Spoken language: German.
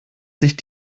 sich